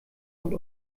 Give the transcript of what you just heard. und